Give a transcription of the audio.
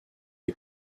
est